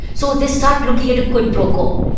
so they start looking at a quid pro quo.